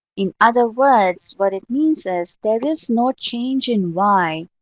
in other words, what it means is there is no change in y,